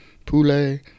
Pule